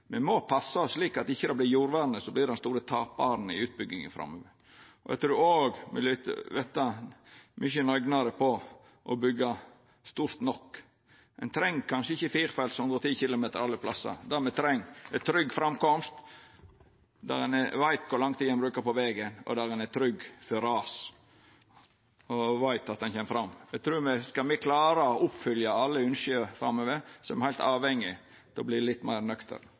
Me må passa oss for at det ikkje vert jordvernet som vert den store taparen i utbyggingar framover. Eg trur òg me bør verta mykje meir nøgne med å byggja stort nok. Ein treng kanskje ikkje firefelts veg med 110 km/t alle stader. Det me treng, er trygg framkomst, at ein veit kor lang tid ein brukar på å køyra vegen, at ein er trygg for ras, og at ein veit at ein kjem fram. Skal me klara å oppfylla alle ynske framover, er me heilt avhengige av å verta litt meir